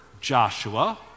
Joshua